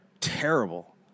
terrible